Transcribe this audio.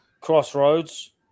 crossroads